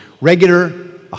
Regular